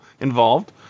involved